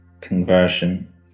conversion